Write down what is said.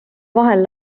vahel